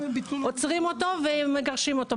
עוצרים אותו ומגרשים אותו.